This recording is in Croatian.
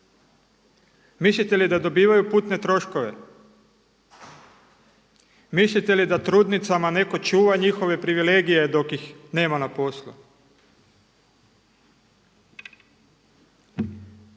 Mislite li da dobivaju putne troškove? Mislite da trudnicama čuva njihove privilegije dok ih nema na poslu?